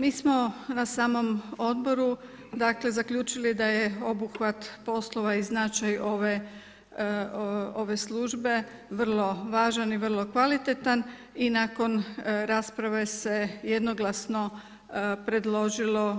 Mi smo na samom odboru zaključili da je obuhvat poslova i značaj ove službe vrlo važan i vrlo kvalitetan i nakon rasprave se jednoglasno predložilo